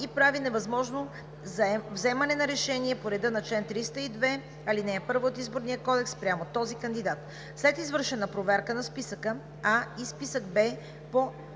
и прави невъзможно вземане на решение по реда на чл. 302, ал. 1 от Изборния кодекс спрямо този кандидат. След извършена проверка на списък А и списък Б по